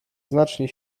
znacznie